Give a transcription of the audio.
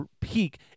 peak